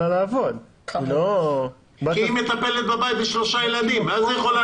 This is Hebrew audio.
עולה למשפחה עם שלושה ילדים או עם שני ילדים